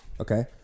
Okay